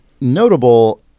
notable